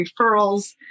Referrals